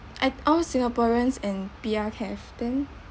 at all singaporeans and P_R have been